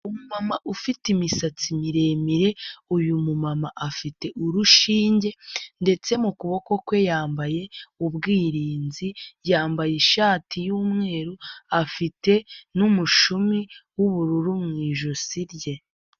Umumama ufite imisatsi miremire uyu mu mama afite urushinge ndetse mu kuboko kwe yambaye ubwirinzi, yambaye ishati y'umweru afite n'umushumi w'ubururu mu ijosi rye.